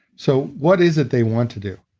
so what is it they want to do.